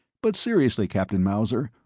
but seriously, captain mauser,